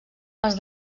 els